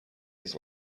his